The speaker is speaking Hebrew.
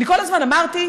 אני כל הזמן אמרתי: